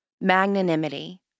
magnanimity